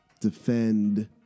defend